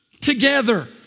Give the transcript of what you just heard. together